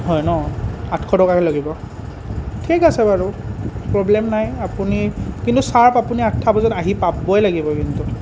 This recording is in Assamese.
হয় ন আঠশ টকাই লাগিব ঠিক আছে বাৰু প্ৰব্লেম নাই আপুনি কিন্তু চাওক আপুনি আঠটা বজাত আহি পাবই লাগিব কিন্তু